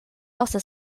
also